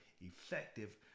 effective